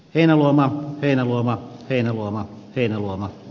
ennen lamaa ennen lomakkeen luoma kehua